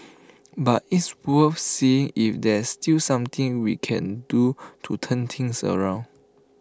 but it's worth seeing if there's still something we can do to turn things around